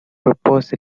propose